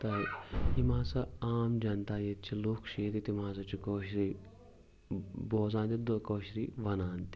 تہ یِمہ ہساعام جنتا ییٚتہِ چھِ لوٗکھ چھِ ییٚتہِ تِم ہسا چھِ کٲشرُے بوزان تہِ تہٕ کٲشرُے ونان تہِ